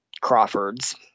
Crawford's